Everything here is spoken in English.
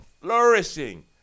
Flourishing